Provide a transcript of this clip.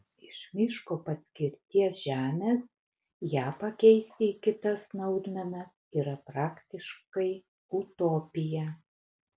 iš miško paskirties žemės ją pakeisti į kitas naudmenas yra praktiškai utopija